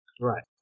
right